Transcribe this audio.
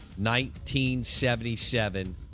1977